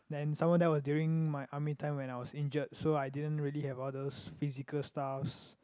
then someone else was during my army time when I was injured so I didn't really have all those physical stuffs